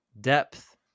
depth